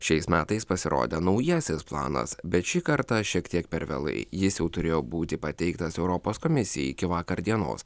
šiais metais pasirodė naujasis planas bet šį kartą šiek tiek per vėlai jis jau turėjo būti pateiktas europos komisijai iki vakar dienos